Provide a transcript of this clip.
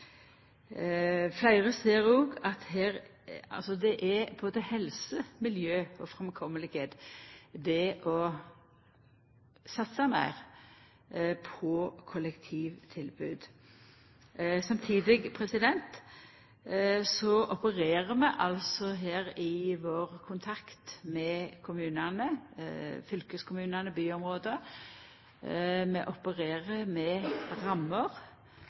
Fleire ser òg at det angår både helse, miljø og framkomst å satsa meir på kollektivtilbod. Samtidig, i vår kontakt med kommunane, fylkeskommunane og byområda, opererer vi med rammer